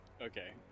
Okay